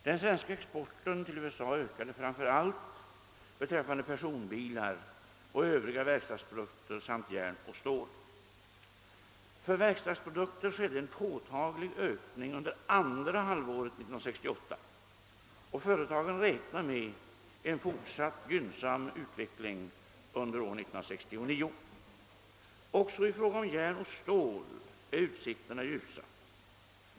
Den svenska exporten till USA ökade framför allt beträffande personbilar och övriga verkstadsprodukter samt järn och stål. För verkstadsprodukter skedde en påtaglig ökning under andra halvåret 1968 och företagen räknar med en fortsatt gynnsam utveckling under år 1969. Också i fråga om järn och stål är utsikterna ljusa.